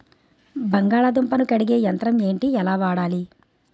బంగాళదుంప ను కడిగే యంత్రం ఏంటి? ఎలా వాడాలి?